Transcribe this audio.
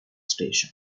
station